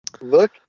Look